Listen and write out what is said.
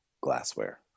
glassware